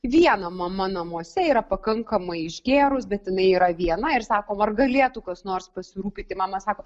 viena mama namuose yra pakankamai išgėrus bet jinai yra viena ir sako ar galėtų kas nors pasirūpinti mama sako